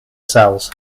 cells